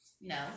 No